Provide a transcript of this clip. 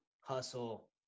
hustle